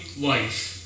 life